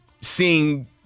seeing